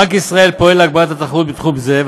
בנק ישראל פועל להגברת התחרות בתחום זה,